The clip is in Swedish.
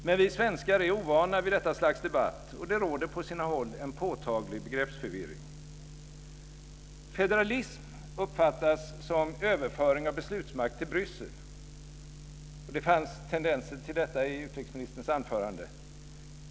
Men vi svenskar är ovana vid detta slags debatt, och det råder på sina håll en påtaglig begreppsförvirring. Federalism uppfattas som överföring av beslutsmakt till Bryssel. Det fanns tendenser till detta i utrikesministerns anförande.